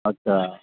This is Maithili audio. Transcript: अच्छा